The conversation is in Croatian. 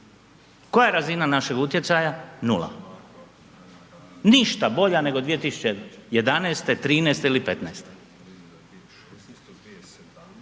Koja je razina našeg utjecaja? Nula. Ništa bolja nego 2011., '13. ili '15.